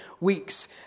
weeks